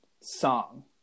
song